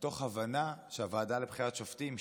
מתוך הבנה שהוועדה לבחירת שופטים,